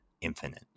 Infinite